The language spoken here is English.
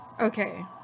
Okay